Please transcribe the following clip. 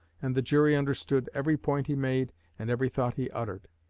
and the jury understood every point he made and every thought he uttered.